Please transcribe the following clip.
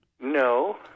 No